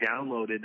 downloaded